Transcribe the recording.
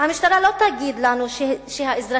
המשטרה לא תגיד לנו שהאזרחים,